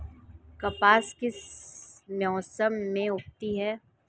कपास किस मौसम में उगती है?